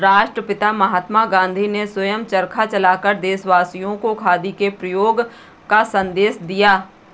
राष्ट्रपिता महात्मा गांधी ने स्वयं चरखा चलाकर देशवासियों को खादी के प्रयोग का संदेश दिया